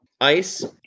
ice